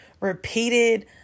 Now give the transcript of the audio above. repeated